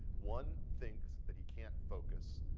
one thinks that he can't focus,